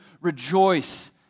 rejoice